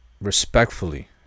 respectfully